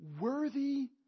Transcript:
worthy